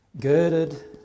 girded